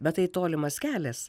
bet tai tolimas kelias